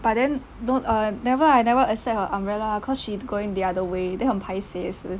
but then don't err never I never accept her umbrella cause she's going the other way then 很 paiseh 也是